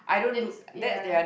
that's ya